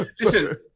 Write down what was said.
Listen